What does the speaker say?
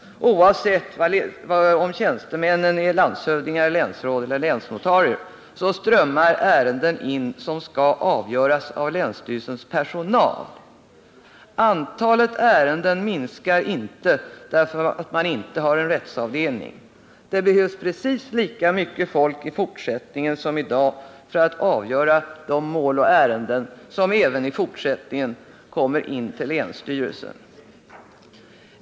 Oavsett om tjänstemännen är landshövdingar, länsråd eller länsnotarier så strömmar ärenden in som skall avgöras av länsstyrelsens personal. Antalet ärenden minskar inte därför att man inte har en rättsavdelning. Det behövs precis lika mycket folk i fortsättningen som i dag för att avgöra de mål och ärenden som kommer in till länsstyrelsen.